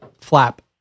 flap